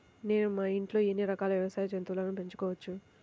నేను మా ఇంట్లో ఎన్ని రకాల వ్యవసాయ జంతువులను పెంచుకోవచ్చు?